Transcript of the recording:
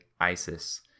ISIS